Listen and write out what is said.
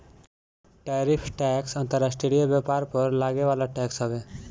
tariff tax अंतर्राष्ट्रीय व्यापार पर लागे वाला टैक्स हवे